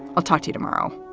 i'll talk to you tomorrow